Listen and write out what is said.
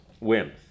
whims